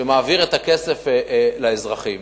שמעביר את הכסף לאזרחים